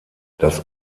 das